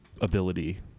ability